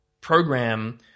program